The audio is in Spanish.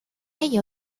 ello